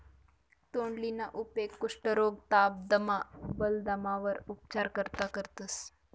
तोंडलीना उपेग कुष्ठरोग, ताप, दमा, बालदमावर उपचार करता करतंस